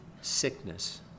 sickness